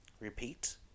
Repeat